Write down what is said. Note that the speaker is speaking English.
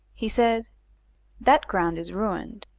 he said that ground is ruined,